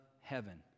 heaven